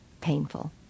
painful